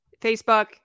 Facebook